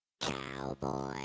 Cowboy